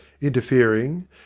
interfering